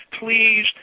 please